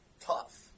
tough